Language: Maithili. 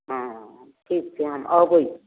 हँ ठीक छै हम अबै छी